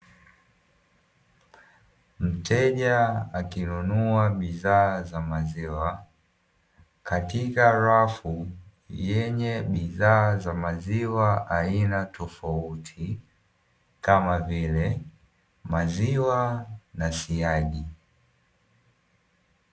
Mteja akinunua bidhaa za maziwa, katika rafu yenye bidhaa za maziwa aina tofauti kama vile; maziwa, na siagi.